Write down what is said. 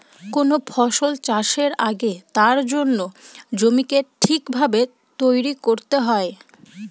কোন ফসল চাষের আগে তার জন্য জমিকে ঠিক ভাবে তৈরী করতে হয়